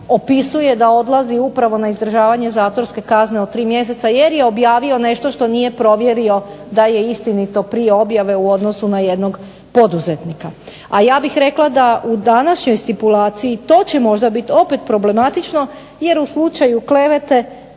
opisuje da upravo odlazi na izdržavanje zatvorske kazne od 3 mjeseca jer je objavio nešto što nije provjerio da je istinito prije objave u odnosu na jednog poduzetnika. A ja bih rekla da u današnjoj stipulaciji to će možda biti opet problematično jer u slučaju klevete